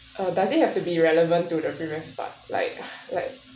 uh does it have to be relevant to the previous part like like